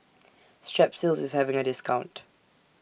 Strepsils IS having A discount